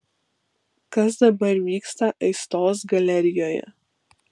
kas dabar vyksta aistos galerijoje